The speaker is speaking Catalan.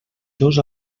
dos